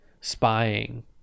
spying